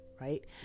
right